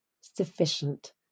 sufficient